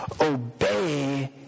obey